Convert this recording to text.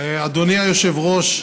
אדוני היושב-ראש,